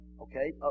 okay